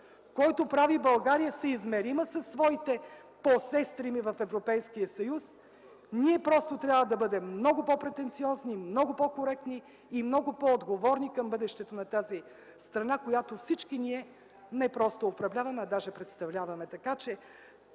който прави България съизмерима със своите посестрими в Европейския съюз, ние трябва да бъдем много по-претенциозни, много по коректни и много по-отговорни към бъдещето на тази страна, която всички ние не просто управляваме, а даже представляваме. Така че